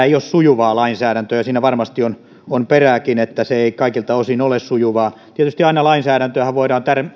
ei ole sujuvaa lainsäädäntöä ja siinä varmasti on on perääkin että se ei kaikilta osin ole sujuvaa tietysti aina lainsäädäntöähän voidaan